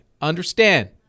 Understand